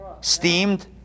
steamed